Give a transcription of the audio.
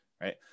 Right